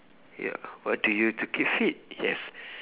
ya what do you to keep fit yes